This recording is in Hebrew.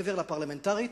מעבר לפרלמנטרית,